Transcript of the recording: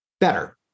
better